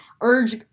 urge